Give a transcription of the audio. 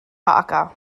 parker